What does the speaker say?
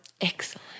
Excellent